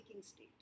state